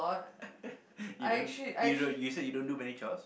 you don't you don't you said you don't do many chores